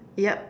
yup